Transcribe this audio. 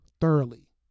thoroughly